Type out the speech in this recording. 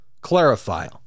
clarify